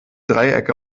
dreiecke